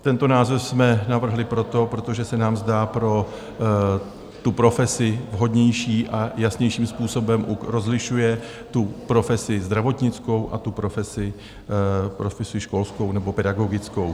Tento název jsme navrhli proto, protože se nám zdá pro tu profesi vhodnější a jasnějším způsobem rozlišuje profesi zdravotnickou a profesi školskou nebo pedagogickou.